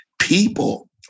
people